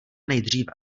nejdříve